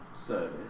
service